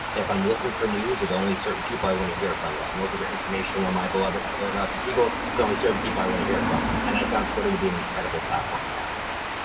if i'm looking for news, there's only certain people i wanna hear from. if i'm looking for information on my beloved philadelphia eagles, there's only certain people i wanna hear from. and i found twitter to be an incredible platform in that regard.